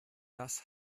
das